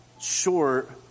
short